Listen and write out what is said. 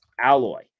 alloy